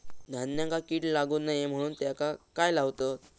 धान्यांका कीड लागू नये म्हणून त्याका काय लावतत?